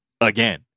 again